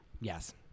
Yes